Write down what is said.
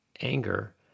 anger